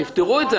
תפתרו את זה.